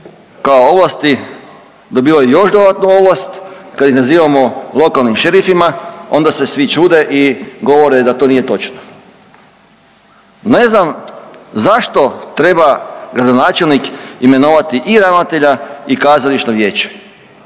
kao ovlasti dobivaju još dodatnu ovlast, kad ih nazivamo lokalnim šerifima onda se svi čude i govore da to nije točno. Ne znam zašto treba gradonačelnik imenovati i ravnatelja i kazališno vijeće.